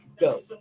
go